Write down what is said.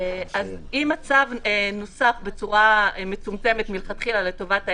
אם הצו נוסח בצורה מצומצמת מלכתחילה לטובת העסק,